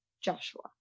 Joshua